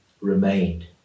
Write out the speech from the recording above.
remained